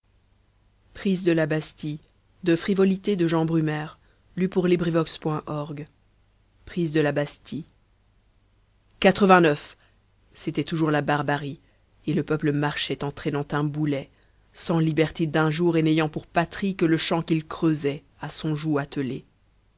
bien prise de la bastille quatre-vingt-neuf c'était toujours la barbarie et le peuple marchait en traînant un boulet sans liberté d'un jour et n'ayant pour patrie que le champ qu'il creusait à son joug attelé